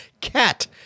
Cat